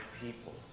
people